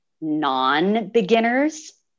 non-beginners